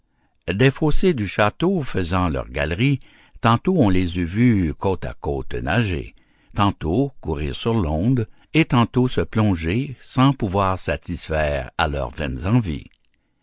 des fossés du château faisant leurs galeries tantôt on les eût vus côte à côte nager tantôt courir sur l'onde et tantôt se plonger sans pouvoir satisfaire à leurs vaines envies